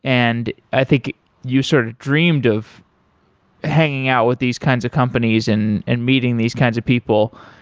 and i think you sort of dreamed of hanging out with these kinds of companies and and meeting these kinds of people,